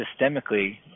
systemically